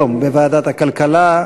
בוועדת הכלכלה,